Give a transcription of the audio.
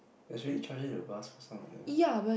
there's already chargers in the bus for some of them